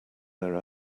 there